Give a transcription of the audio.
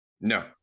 No